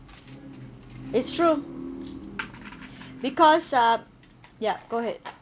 it's true because um ya go ahead